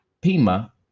Pima